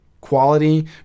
quality